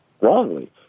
wrongly